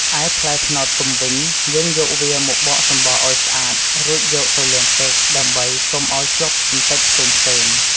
ឯផ្លែត្នោតទុំវិញ យើងយកវាមកបកសម្បកឱ្យស្អាត រួចយកទៅលាងទឹក ដើម្បីកុំឱ្យជាប់កម្ទេចផ្សេងៗ។